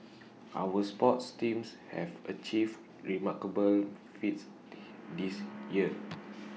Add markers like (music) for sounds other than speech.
our sports teams have achieved remarkable feats (noise) this year